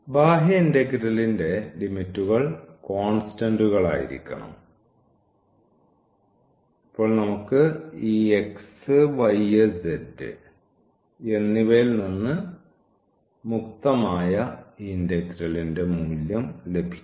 ബാഹ്യഇൻഗ്രലിന്റെ ലിമിറ്റുകൾ കോൺസ്റ്റന്റുകളായിരിക്കണം ഇപ്പോൾ നമുക്ക് ഈ x y z എന്നിവയിൽ നിന്ന് മുക്തമായ ഈ ഇന്റഗ്രലിന്റെ മൂല്യം ലഭിക്കും